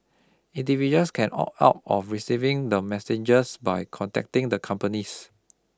individuals can opt out of receiving the messages by contacting the companies